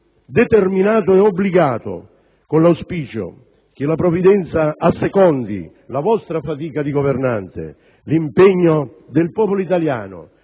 determinato e obbligato, con l'auspicio che la provvidenza assecondi la vostra fatica di governante, l'impegno del popolo italiano,